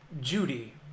Judy